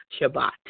Shabbat